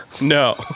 No